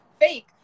fake